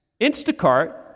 Instacart